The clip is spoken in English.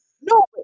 No